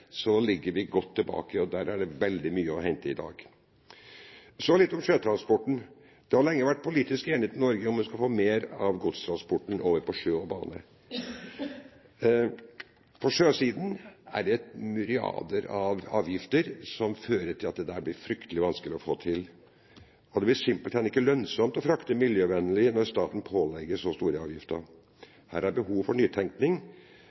ligger vi godt tilbake. Der er det veldig mye å hente i dag. Så litt om sjøtransporten. Det har lenge vært politisk enighet i Norge om at vi skal få mer av godstransporten over på sjø og bane. På sjøsiden er det myriader av avgifter som fører til at dette blir fryktelig vanskelig å få til. Det blir simpelthen ikke lønnsomt å frakte miljøvennlig, når staten pålegger så store avgifter. Her er det behov for nytenkning.